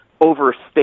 overstate